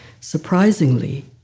Surprisingly